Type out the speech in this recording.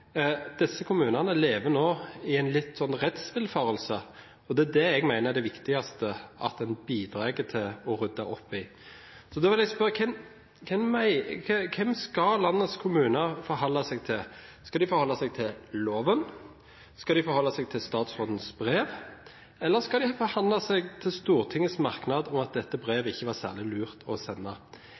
Disse kommunene lever nå litt i en rettsvillfarelse, og det er det jeg mener at er det viktigste en bidrar til å rydde opp i. Da vil jeg spørre: Hvem skal landets kommuner forholde seg til? Skal de forholde seg til loven, skal de forholde seg til statsrådens brev, eller skal de forholde seg til Stortingets merknad om at dette brevet ikke var særlig lurt å sende?